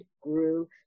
grew